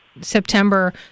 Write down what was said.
September